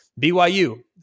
BYU